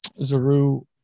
Zaru